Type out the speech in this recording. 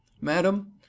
Madam